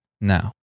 now